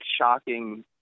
shocking